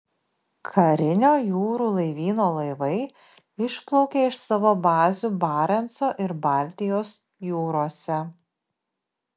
karinio jūrų laivyno laivai išplaukė iš savo bazių barenco ir baltijos jūrose